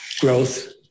growth